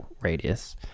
radius